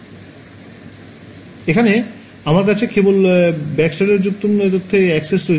সুতরাং এখানে আমার কাছে কেবল ব্যাকস্ক্যাটারযুক্ত তথ্যে অ্যাক্সেস রয়েছে